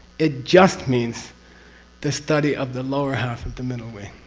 it just means the study of the lower half of the middle way.